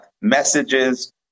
messages